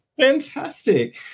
Fantastic